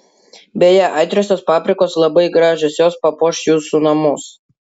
beje aitriosios paprikos labai gražios jos papuoš jūsų namus